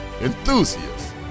enthusiasts